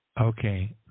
Okay